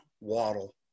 Waddle